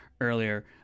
earlier